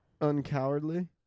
uncowardly